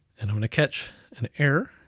and i'm gonna catch an error,